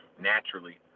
naturally